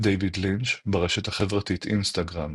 דייוויד לינץ', ברשת החברתית אינסטגרם